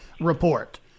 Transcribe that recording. report